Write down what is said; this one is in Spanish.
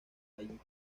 ahí